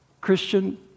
Christian